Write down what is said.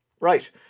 Right